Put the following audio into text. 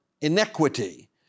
inequity